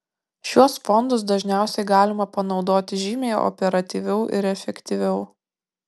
šiuos fondus dažniausiai galima panaudoti žymiai operatyviau ir efektyviau